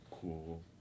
cool